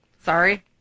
Sorry